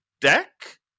deck